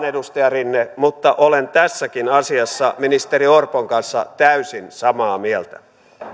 edustaja rinne mutta olen tässäkin asiassa ministeri orpon kanssa täysin samaa mieltä